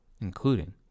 including